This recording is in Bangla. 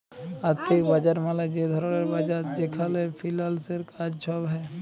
আথ্থিক বাজার মালে যে ধরলের বাজার যেখালে ফিল্যালসের কাজ ছব হ্যয়